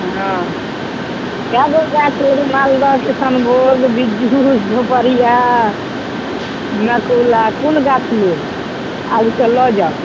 हँ कएगो गाछ लेबै मालदह किसनभोग बिज्जू सुपरिआ नकुला कोन गाछ लेब आबि कऽ लऽ जाउ